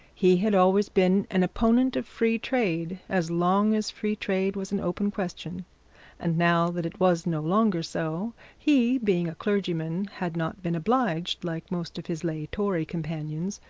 he had always been an opponent of free trade as long as free trade was an open question and now that it was no longer so, he, being a clergyman, had not been obliged, like most of his lay tory companions,